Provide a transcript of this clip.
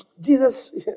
Jesus